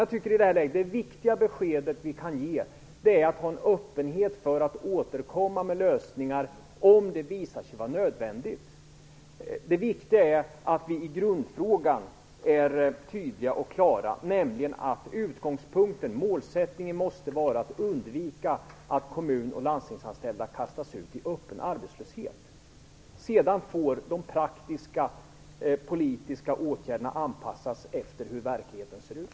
Jag tycker att det viktiga besked som vi kan ge är att vi skall ha en öppenhet inför att åstadkomma med lösningar, om det visar sig vara nödvändigt. Det viktiga är att vi i grundfrågan är tydliga och klara. Utgångspunkten och målsättningen måste vara att undvika att kommun och landstingsanställda kastas ut i öppen arbetslöshet. De praktiska politiska åtgärderna får sedan anpassas till hur verkligheten ser ut.